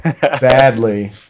badly